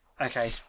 Okay